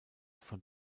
von